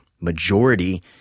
majority